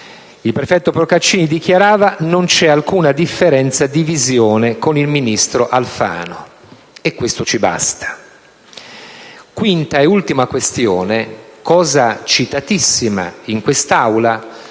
Il prefetto Procaccini dichiarava che non c'è alcuna differenza di visione con il ministro Alfano; e questo ci basta. Quinta e ultima questione, cosa citatissima in quest'Aula,